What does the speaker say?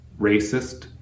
racist